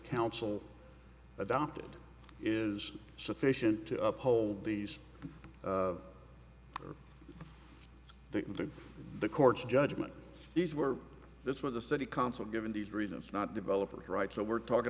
council adopted is sufficient to uphold these the the court's judgment these were this was the city council given these reasons not developers right so we're talking